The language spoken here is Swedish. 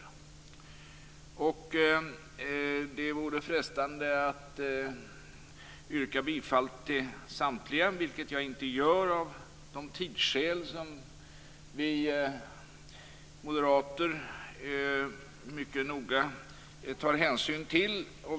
Det vore frestande att yrka bifall till samtliga, men det gör jag inte, av tidsskäl, som vi moderater mycket noga tar hänsyn till.